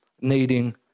needing